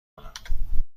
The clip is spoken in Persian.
کنم